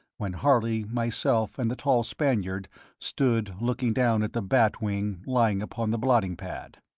when harley, myself, and the tall spaniard stood looking down at the bat wing lying upon the blotting pad.